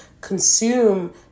consume